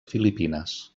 filipines